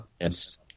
Yes